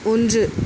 ஒன்று